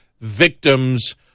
victims